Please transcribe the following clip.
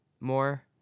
more